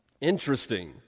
Interesting